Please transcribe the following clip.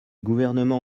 gouvernement